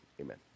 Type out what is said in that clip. amen